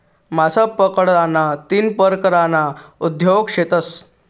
मासा पकडाना तीन परकारना उद्योग शेतस